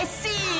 see